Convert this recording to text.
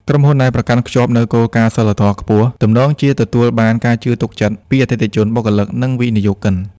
ក្រុមហ៊ុនដែលប្រកាន់ខ្ជាប់នូវគោលការណ៍សីលធម៌ខ្ពស់ ទំនងជាទទួលបានការជឿទុកចិត្តពីអតិថិជន បុគ្គលិក និងវិនិយោគិន។